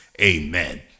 amen